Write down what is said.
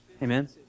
Amen